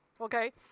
Okay